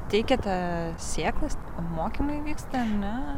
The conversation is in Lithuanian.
teikiate sėklas mokymai vyksta ar ne